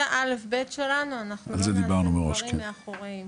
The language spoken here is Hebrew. זה א' ב' שלנו, אנחנו לא נעשה דברים מאחורי הגב.